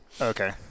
Okay